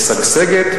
משגשגת,